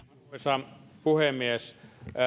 arvoisa puhemies